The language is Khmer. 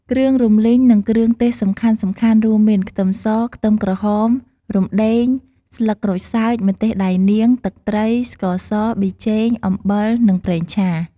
គ្រឿងរំលីង និងគ្រឿងទេសសំខាន់ៗរួមមាន ខ្ទឹមស ខ្ទឹមក្រហម រុំដេង ស្លឹកក្រូចសើច ម្ទេសដៃនាង ទឹកត្រី ស្ករស ប៊ីចេង អំបិល និងប្រេងឆា។